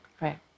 Right